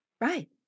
right